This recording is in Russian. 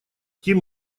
тем